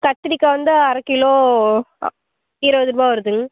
கத்திரிக்காய் வந்து அரை கிலோ இருவது ரூபாய் வருதுங்க